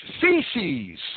feces